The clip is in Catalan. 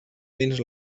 dins